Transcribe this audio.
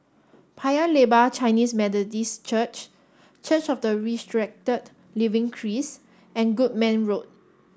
Paya Lebar Chinese Methodist Church Church of the Resurrected Living Christ and Goodman Road